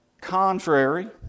contrary